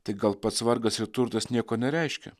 tai gal pats vargas ir turtas nieko nereiškia